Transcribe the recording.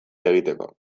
egiteko